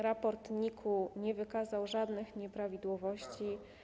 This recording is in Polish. Raport NIK nie wykazał żadnych nieprawidłowości.